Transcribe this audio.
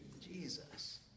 Jesus